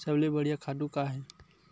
सबले बढ़िया खातु का हे?